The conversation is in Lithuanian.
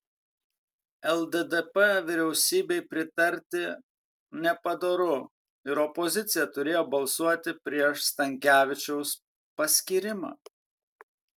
lddp vyriausybei pritarti nepadoru ir opozicija turėjo balsuoti prieš stankevičiaus paskyrimą